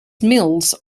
mills